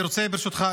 ברשותך,